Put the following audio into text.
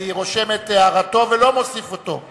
אני רושם את הערתו ולא מוסיף אותו.